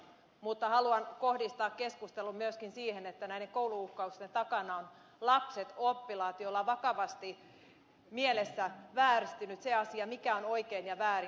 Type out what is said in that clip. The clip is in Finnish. mutta haluan kohdistaa keskustelun myöskin siihen että näiden koulu uhkausten takana ovat lapset oppilaat joilla on vakavasti mielessä vääristynyt se asia mikä on oikein ja mikä väärin